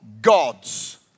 God's